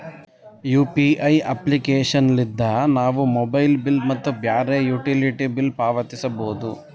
UPI application ಲಿದ್ದ ನಾವು mobile bill ಮತ್ತು ಬ್ಯಾರೆ ಯುಟಿಲಿಟಿ ಬಿಲ್ ಪಾವತಿಸಬೋದು